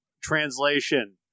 translation